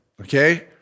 Okay